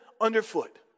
underfoot